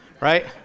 right